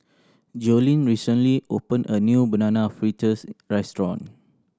Jolene recently opened a new Banana Fritters restaurant